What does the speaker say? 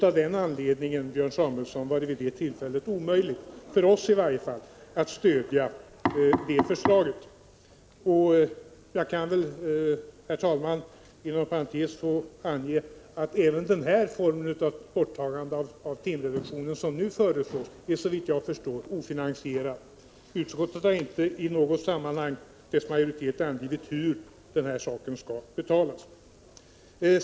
Av den anledningen, Björn Samuelson, var det vid det aktuella tillfället omöjligt — i varje fall för oss — att stödja ert förslag. Jag kan, herr talman, inom parentes ange att även den form av borttagande av timreduktionen som nu föreslås, såvitt jag förstår, är ofinansierad. Utskottsmajoriteten har inte i något sammanhang angett hur det hela skall betalas.